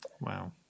wow